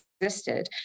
existed